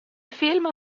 film